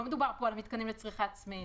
לא מדובר פה על מתקנים לצריכה עצמית.